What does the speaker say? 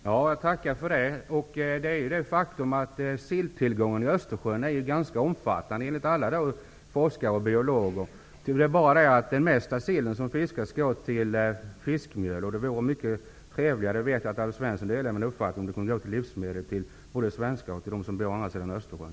Fru talman! Jag tackar för det. Silltillgången i Östersjön är ju ganska omfattande, enligt alla forskare och biologer. Men den största delen av den sill som fiskas går till fiskmjöl, och det vore mycket trevligare -- jag vet att Alf Svensson delar min uppfattning på den punkten -- om sillen kunde användas som livsmedel åt både svenskar och de människor som bor på andra sidan Östersjön.